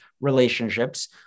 relationships